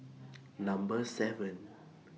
Number seven